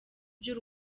by’u